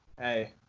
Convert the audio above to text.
Hey